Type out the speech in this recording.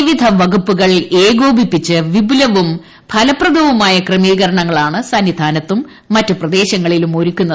വിവിധ വകുപ്പുകൾ ഏകോപി പ്പിച്ച് വിപുലവും ഫലപ്രദവുമായ ക്രമീകരണങ്ങളാണ് സന്നിധാനത്തും മറ്റ് പ്രദേശങ്ങളിലും ഒരു ക്കുന്നത്